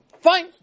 fine